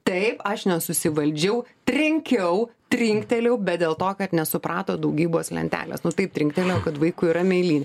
taip aš nesusivaldžiau trenkiau trinktelėjau bet dėl to kad nesuprato daugybos lentelės nu taip trinktelėjau kad vaikui yra mėlynė